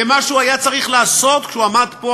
ומה שהוא היה צריך לעשות כשהוא עמד פה,